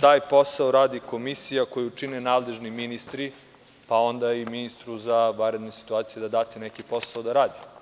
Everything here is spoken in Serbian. taj posao radi komisija koju čine nadležni ministri, pa onda i ministru za vanredne situacije, da date neki posao da radi.